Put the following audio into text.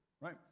Right